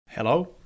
Hello